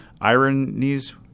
ironies